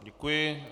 Děkuji.